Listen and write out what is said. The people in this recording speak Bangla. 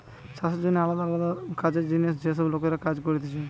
চাষের জন্যে আলদা আলদা কাজের জিনে যে সব লোকরা কাজ করতিছে